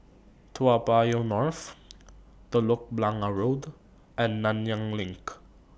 Toa Payoh North Telok Blangah Road and Nanyang LINK